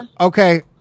Okay